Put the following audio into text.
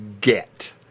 get